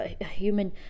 human